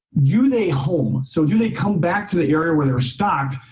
do they home? so do they come back to the area where they were stocked?